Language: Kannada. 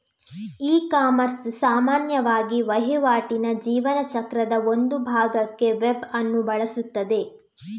ಇಕಾಮರ್ಸ್ ಸಾಮಾನ್ಯವಾಗಿ ವಹಿವಾಟಿನ ಜೀವನ ಚಕ್ರದ ಒಂದು ಭಾಗಕ್ಕೆ ವೆಬ್ ಅನ್ನು ಬಳಸುತ್ತದೆ